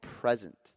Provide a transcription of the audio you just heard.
present